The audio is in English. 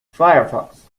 firefox